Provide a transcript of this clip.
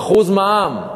1% מע"מ.